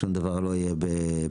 שום דבר לא יהיה באי-הסכמה.